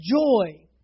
joy